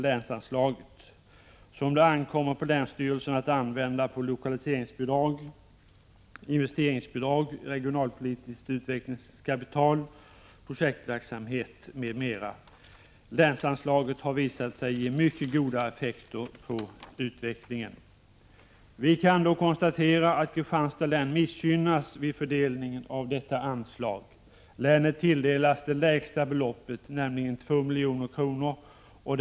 länsanslaget, som det ankommer på länsstyrelserna att använda för lokaliseringsbidrag, investeringsbidrag, regionalpolitiskt utvecklingskapital, projektverksamhet, m.m. Länsanslaget har visat sig ge mycket goda effekter på utvecklingen. Vi kan konstatera att Kristianstads län missgynnas vid fördelningen av detta anslag. Länet tilldelas det lägsta beloppet, nämligen 2 milj.kr.